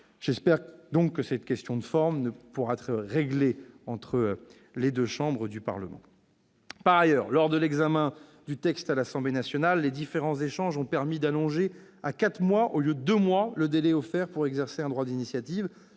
J'espère donc que cette question de forme pourra être réglée entre les deux chambres du Parlement. Par ailleurs, lors de l'examen du texte à l'Assemblée nationale, les différents échanges ont permis d'allonger à quatre mois, au lieu de deux mois, le délai offert pour exercer un droit d'initiative,